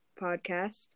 podcast